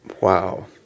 Wow